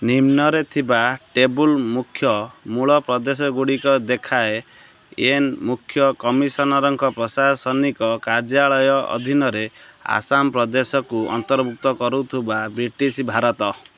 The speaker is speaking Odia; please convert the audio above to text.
ନିମ୍ନରେ ଥିବା ଟେବୁଲ୍ ମୁଖ୍ୟ ମୂଳ ପ୍ରଦେଶଗୁଡ଼ିକ ଦେଖାଏ ଏନ୍ ମୁଖ୍ୟ କମିଶନର୍ଙ୍କ ପ୍ରଶାସନିକ କାର୍ଯ୍ୟାଳୟ ଅଧୀନରେ ଆସାମ ପ୍ରଦେଶକୁ ଅନ୍ତର୍ଭୁକ୍ତ କରୁଥିବା ବ୍ରିଟିଶ୍ ଭାରତ